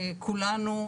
כולנו,